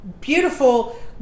beautiful